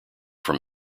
from